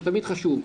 זה תמיד חשוב.